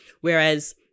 Whereas